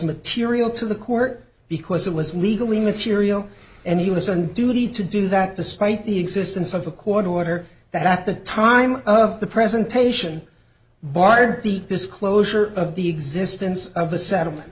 material to the court because it was legally material and he listened duty to do that despite the existence of a court order that at the time of the presentation barred the disclosure of the existence of the settlement